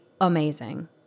amazing